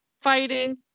fighting